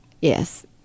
Yes